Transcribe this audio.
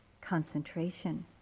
concentration